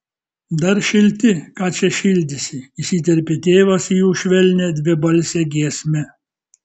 dar šilti ką čia šildysi įsiterpė tėvas į jų švelnią dvibalsę giesmę